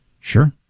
Sure